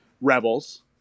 rebels